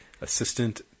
Assistant